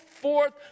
forth